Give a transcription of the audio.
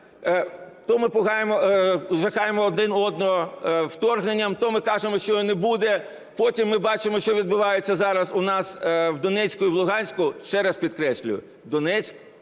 То ми жахаємо один одного вторгненням, то ми кажемо, що його не буде, потім ми бачимо, що відбувається зараз у нас в Донецьку і в Луганську. Ще раз підкреслюю, Донецьк